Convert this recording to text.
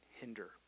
hinder